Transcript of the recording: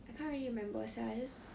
I can't really remember sia I just